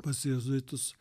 pas jėzuitus